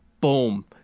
Boom